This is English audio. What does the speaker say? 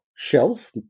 Shelf